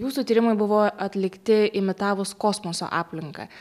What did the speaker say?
jūsų tyrimai buvo atlikti imitavus kosmoso aplinką